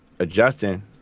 adjusting